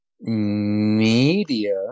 Media